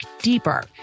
deeper